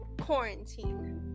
quarantine